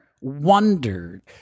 wondered